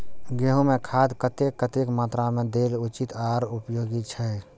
गेंहू में खाद कतेक कतेक मात्रा में देल उचित आर उपयोगी छै?